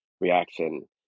reaction